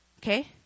Okay